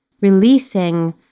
releasing